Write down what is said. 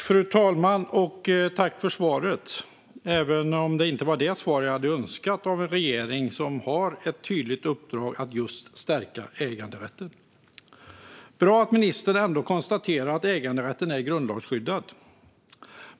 Fru talman! Jag tackar för svaret, även om det inte var det svar jag hade önskat av en regering som har ett tydligt uppdrag att just stärka äganderätten. Det är bra att ministern konstaterar att äganderätten är grundlagsskyddad.